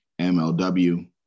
MLW